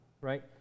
right